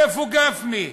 איפה גפני?